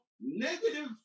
negative